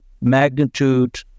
magnitude